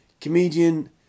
Comedian